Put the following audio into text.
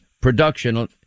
production